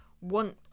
want